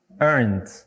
earned